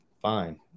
Fine